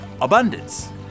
abundance